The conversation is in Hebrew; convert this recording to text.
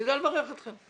אני יודע לברך אתכם.